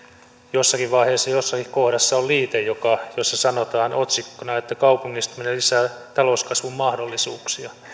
jossakin vaiheessa ja jossakin kohdassa on liite jossa sanotaan otsikkona että kaupungistuminen lisää talouskasvun mahdollisuuksia